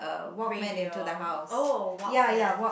radio oh walkman